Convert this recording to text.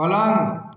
पलंग